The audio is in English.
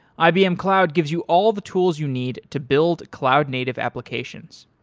ibm cloud gives you all the tools you need to build cloud-native applications.